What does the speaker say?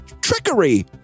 trickery